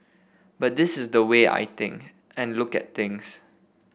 but this is the way I think and look at things